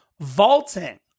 vaulting